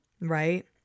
right